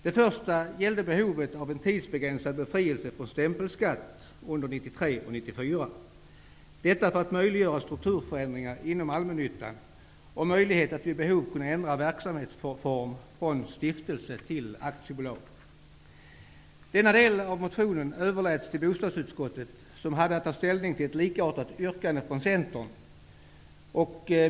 Den första invändningen gäller behovet av en tidsbegränsad befrielse från stämpelskatt under 1993 och 1994, detta för att möjliggöra strukturförändringar inom allmännyttan och göra det möjligt att vid behov kunna ändra verksamhetsform från stiftelse till aktiebolag. Denna del av motionen överläts till bostadsutskottet, som hade att ta ställning till ett likartat yrkande från Centern.